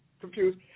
confused